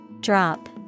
Drop